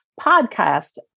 podcast